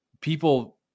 people